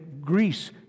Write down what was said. Greece